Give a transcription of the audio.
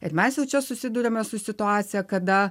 ir mes jau čia susiduriame su situacija kada